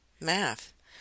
math